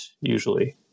usually